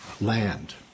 land